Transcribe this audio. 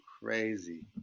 crazy